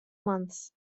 months